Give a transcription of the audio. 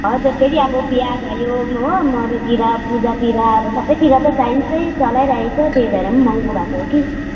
हजुर फेरि अब भयो हो मरौतिर पूजातिर अब सबैतिर त चाहिन्छै चलाइरहेको छ त्यही भएर पनि महँगो भएको हो कि